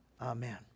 Amen